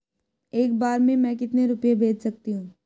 एक बार में मैं कितने रुपये भेज सकती हूँ?